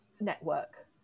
network